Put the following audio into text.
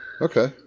Okay